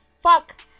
fuck